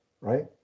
right